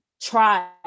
try